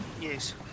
Yes